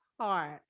heart